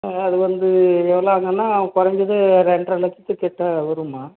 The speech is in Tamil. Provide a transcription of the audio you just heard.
ஆ அது வந்து எவ்வளோ ஆகும்னா கொறைஞ்சது ரெண்ட்ரை லட்சத்துக்கிட்டே வரும்மா